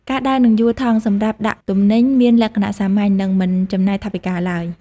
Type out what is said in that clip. ការដើរនិងយួរថង់សម្រាប់ដាក់ទំនិញមានលក្ខណៈសាមញ្ញនិងមិនចំណាយថវិកាឡើយ។